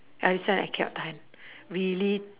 ah this one I cannot tahan really